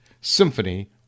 symphony